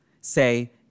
Say